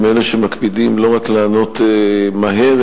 ומאלה שמקפידים לא רק לענות מהר,